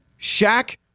Shaq